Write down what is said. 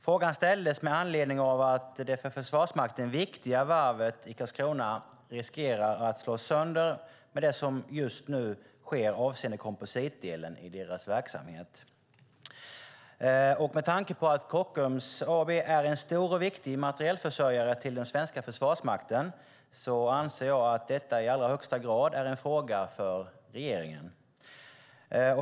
Frågan ställdes med anledning av att det för Försvarsmakten viktiga varvet i Karlskrona riskerar att slås sönder med det som just nu sker avseende kompositdelen i deras verksamhet. Med tanke på att Kockums AB är en stor och viktig materielförsörjare till den svenska försvarsmakten anser jag att detta i allra högsta grad är en fråga för regeringen.